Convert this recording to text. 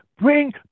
Bring